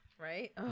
Right